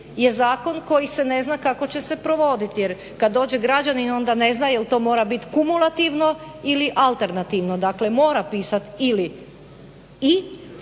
je zakon koji se ne zna kako će se provoditi jer kad dođe građanin onda ne zna jel' to mora biti kumulativno ili alternativno. Dakle, mora pisati ili i